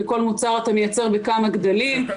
כי כל מוצר אתה מייצר בכמה גדלים.